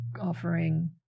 offering